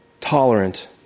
tolerant